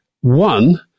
One